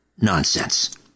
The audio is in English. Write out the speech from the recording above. nonsense